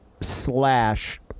slash